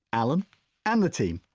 allan and the team,